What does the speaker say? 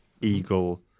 eagle